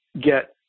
get